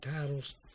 titles